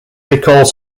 recalls